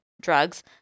drugs